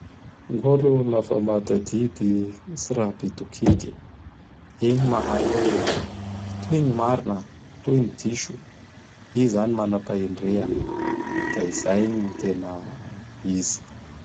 Ny holo lafa matadidy tsy raha be dokiky. I gny Mahay hoe itoy gny marina, toy gny diso. I zany manapahendrea. Da izay gny tena izy.